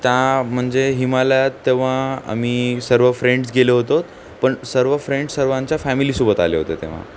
त्या म्हणजे हिमालयात तेव्हा आम्ही सर्व फ्रेंड्स गेलो होतो पण सर्व फ्रेंड्स सर्वांच्या फॅमिलीसोबत आले होते तेव्हा